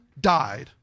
died